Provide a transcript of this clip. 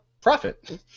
profit